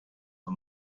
are